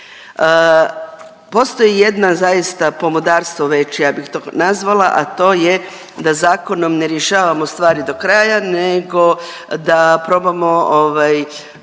Postoji jedna zaista pomodarstvo već ja bih to nazvala, a to je da zakonom ne rješavamo stvari do kraja nego da probamo